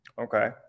Okay